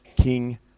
King